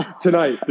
tonight